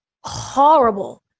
horrible